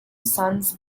sons